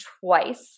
twice